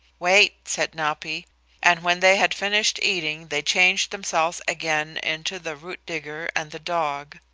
wait, said napi and when they had finished eating they changed themselves again into the root digger and the dog.